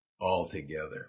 altogether